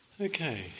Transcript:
Okay